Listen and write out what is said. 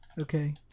Okay